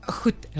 goed